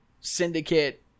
Syndicate